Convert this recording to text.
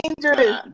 dangerous